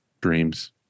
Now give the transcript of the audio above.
dreams